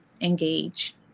engage